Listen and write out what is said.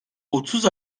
otuz